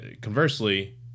conversely